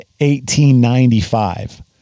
1895